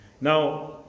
Now